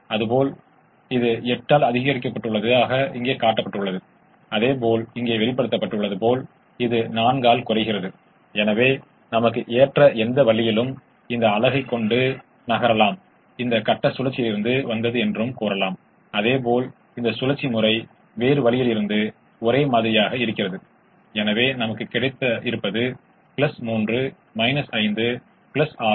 இப்போது எடுத்துக்காட்டுக்காக ஒரு தீர்வைப் பார்த்தால் 100 இப்போது 100 நமக்கு 70 இன் புறநிலை செயல்பாட்டு மதிப்பைக் கொடுத்திருக்கும் அது பெரியது ஆனால் 100 சாத்தியமில்லை ஏனெனில் 3x10 30 21